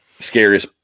scariest